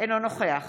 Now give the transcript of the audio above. אינו נוכח